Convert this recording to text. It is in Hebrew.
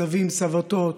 סבים, סבתות,